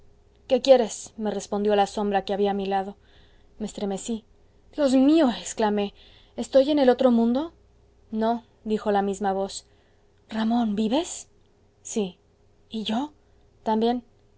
qué quieres me respondió la sombra que había a mi lado me estremecí dios mío exclamé estoy en el otro mundo no dijo la misma voz ramón vives sí y yo también